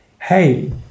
hey